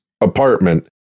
apartment